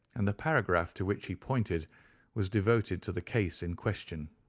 and the paragraph to which he pointed was devoted to the case in question.